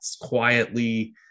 quietly